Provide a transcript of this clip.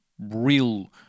real